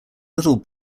little